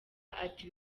ati